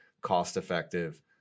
cost-effective